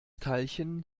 teilchen